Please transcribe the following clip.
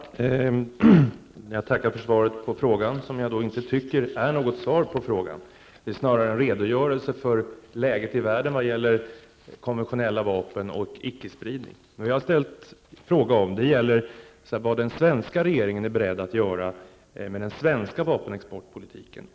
Herr talman! Jag tackar för svaret på frågan, som jag dock inte tycker är något svar på frågan. Det är snarare en redogörelse för läget i världen i vad gäller konventionella vapen och icke-spridning. Min fråga gäller vad den svenska regeringen är beredd att göra med den svenska vapenexportpolitiken.